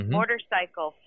Motorcycle